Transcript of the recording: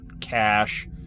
cash